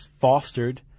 fostered